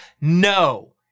No